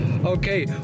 Okay